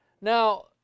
Now